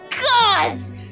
Gods